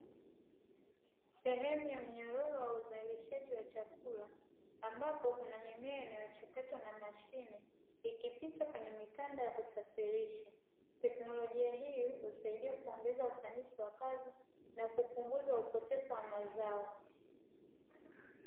Sehemu ya mnyororo ya uzalishaji wa chakula, ambapo kuna mimea inayochakatwa kwa mashine, ikipita kwenye mikanda ya kusafirisha. Teknolojia hii husaidia kuongeza ufanisi wa kazi na kupunguza upotevu wa mazao.